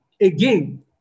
again